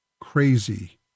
crazy